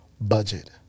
budget